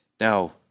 Now